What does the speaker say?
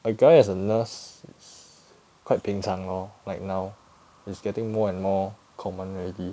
a guy as a nurse quite 平常 lor like now is getting more and more common already